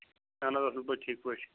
اَہَن حظ اَصٕل پٲٹھۍ ٹھیٖک پٲٹھۍ